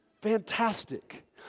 fantastic